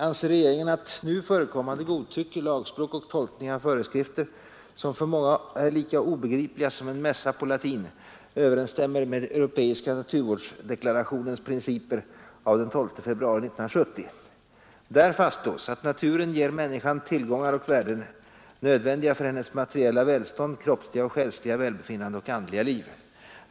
Anser regeringen att nu förekommande godtycke, lagspråk och tolkning av föreskrifter, som för många är lika obegripliga som en mässa på latin, överensstämmer med europeiska naturvårdsdeklarationens principer av den 12 februari 1970? Där fastslås att ”naturen ger människan tillgångar och värden nödvändiga för hennes materiella välstånd, kroppsliga och själsliga välbefinnande och andliga liv”.